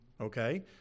Okay